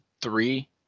three